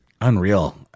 Unreal